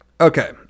Okay